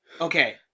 Okay